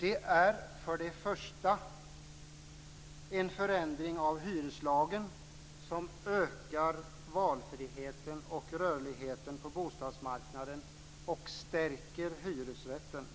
Det är för det första en förändring i hyreslagen som ökar valfriheten och rörligheten på bostadsmarknaden och stärker hyresrätten.